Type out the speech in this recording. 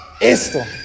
esto